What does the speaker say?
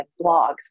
blogs